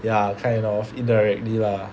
ya kind of indirectly lah